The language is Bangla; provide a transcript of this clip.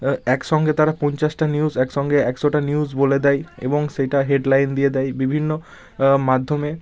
একসঙ্গে তারা পঞ্চাশটা নিউজ একসঙ্গে একশোটা নিউজ বলে দেয় এবং সেইটা হেডলাইন দিয়ে দেয় বিভিন্ন মাধ্যমে